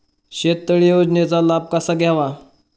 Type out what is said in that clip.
शेततळे योजनेचा लाभ कसा घ्यावा?